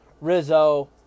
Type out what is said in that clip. Rizzo